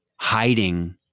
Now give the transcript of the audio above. hiding